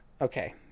Okay